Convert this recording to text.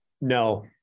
No